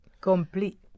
complete